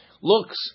looks